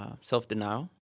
self-denial